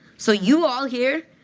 so you all here,